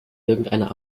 irgendeiner